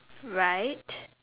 right